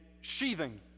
sheathing